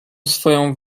swoją